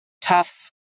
tough